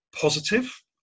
positive